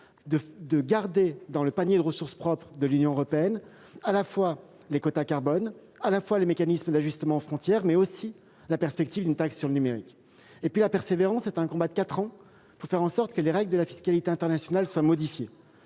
de garder dans le panier de ressources propres de l'Union européenne non seulement les quotas carbone et les mécanismes d'ajustement aux frontières, mais aussi la perspective d'une taxe sur le numérique. La persévérance, c'est un combat de quatre ans pour faire en sorte que les règles de la fiscalité internationale soient modifiées